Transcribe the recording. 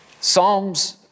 Psalms